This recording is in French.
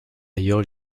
ailleurs